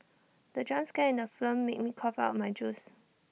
the jump scare in the film made me cough out my juice